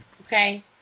Okay